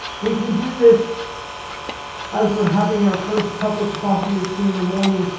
we can do this as we're having our first cup of coffee or tea in the morning.